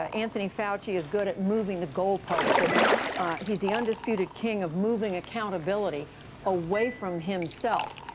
ah anthony fauci is good at moving the goalposts, that he's the undisputed king of moving accountability away from himself.